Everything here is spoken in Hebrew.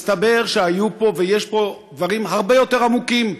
מסתבר שהיו פה ויש פה דברים הרבה יותר עמוקים,